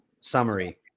summary